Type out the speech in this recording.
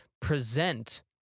present